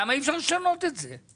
למה אי אפשר לשנות את זה,